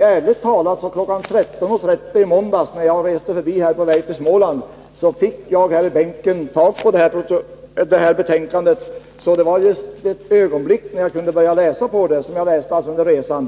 Ärligt talat fick jag först kl. 14.30 i måndags, när jag passerade Stockholm på väg till Småland, här i bänken tag på näringsutskottets betänkande. Just i det ögonblicket kunde jag börja studera betänkandet, och jag läste det under resan.